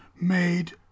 made